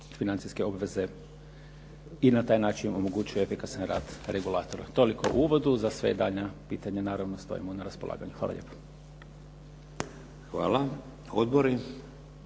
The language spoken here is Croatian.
financijske obveze i na taj način omogućuje efikasan rad regulatora. Toliko u uvodu, za sva daljnja pitanja naravno stojimo na raspolaganju. Hvala lijepo. **Šeks,